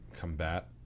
combat